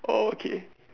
okay